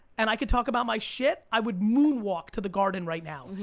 and i could talk about my shit, i would moonwalk to the garden right now.